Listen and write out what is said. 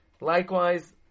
Likewise